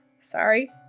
Sorry